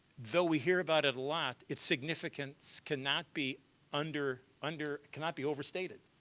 though we hear about it a lot, its significance cannot be under under cannot be overstated.